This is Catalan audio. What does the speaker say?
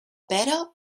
pera